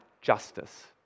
justice